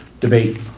debate